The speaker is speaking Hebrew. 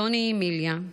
אלוני אמיליה,